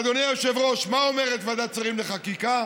אדוני היושב-ראש, מה אומרת ועדת שרים לחקיקה?